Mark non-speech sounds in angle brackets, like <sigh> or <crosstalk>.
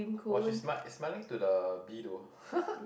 !wah! she's smart smiling to the bee though <laughs>